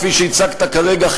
כפי שהצגת כרגע,